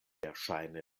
verŝajne